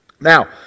Now